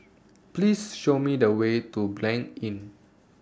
Please Show Me The Way to Blanc Inn